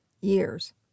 years